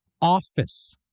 Office